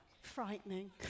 Frightening